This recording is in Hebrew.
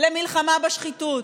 למלחמה בשחיתות,